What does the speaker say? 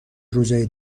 روزای